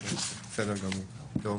בסדר גמור, טוב.